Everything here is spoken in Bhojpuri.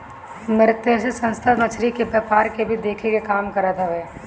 मतस्य संस्था मछरी के व्यापार के भी देखे के काम करत हवे